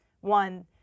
one